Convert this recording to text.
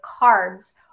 carbs